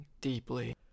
deeply